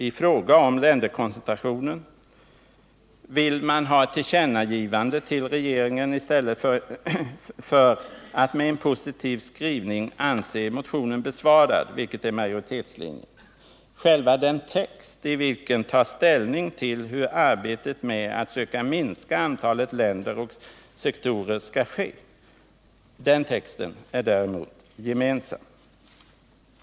I fråga om länderkoncentrationen vill man ha ett tillkännagivande till regeringen i stället för att med en positiv skrivning anse motionen besvarad, vilket är majoritetslinjen. Själva den text i vilken tas ställning till hur arbetet med att söka minska antalet länder och sektorer skall ske är däremot gemensam.